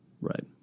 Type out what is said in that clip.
right